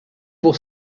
pour